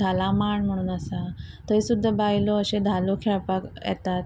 धाला मांड म्हणून आसा थंय सुद्दां बायलो अशे धालो खेळपाक येतात